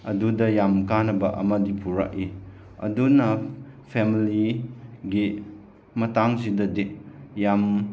ꯑꯗꯨꯗ ꯌꯥꯝ ꯀꯥꯟꯅꯕ ꯑꯃꯗꯤ ꯄꯨꯔꯛꯏ ꯑꯗꯨꯅ ꯐꯦꯃꯂꯤꯒꯤ ꯃꯇꯥꯡꯁꯤꯗꯗꯤ ꯌꯥꯝ